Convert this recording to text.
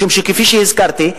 משום שכפי שהזכרתי,